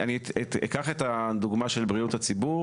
אני אקח את הדוגמה של בריאות הציבור